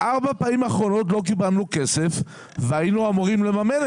בארבע הפעמים האחרונות לא קיבלנו כסף והיינו אמורים לממן את זה.